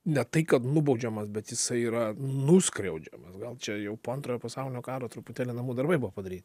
ne tai kad nubaudžiamas bet jisai yra nuskriaudžiamas gal čia jau po antrojo pasaulinio karo truputėlį namų darbai buvo padary